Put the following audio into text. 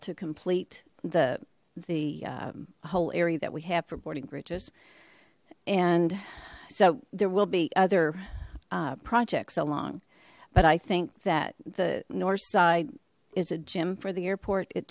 to complete the the whole area that we have reporting bridges and so there will be other projects along but i think that the north side is a gym for the airport it